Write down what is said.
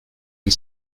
you